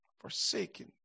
forsaken